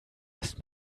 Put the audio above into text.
ist